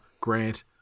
Grant